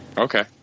Okay